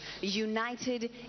United